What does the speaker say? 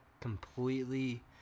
Completely